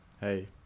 hey